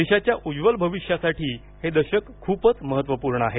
देशाच्या उज्ज्वल भविष्यासाठी हे दशक खूपच महत्त्वपूर्ण आहे